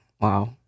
wow